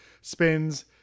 Spins